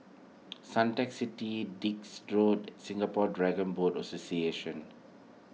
Suntec City Dix Road Singapore Dragon Boat Association